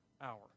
hour